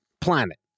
planet